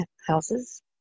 houses